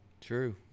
True